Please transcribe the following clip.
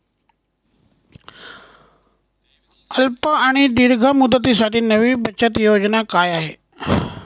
अल्प आणि दीर्घ मुदतीसाठी नवी बचत योजना काय आहे?